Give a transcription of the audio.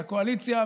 הקואליציה,